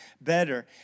better